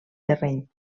terreny